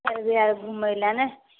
काल्हि जाएब घुमैलए ने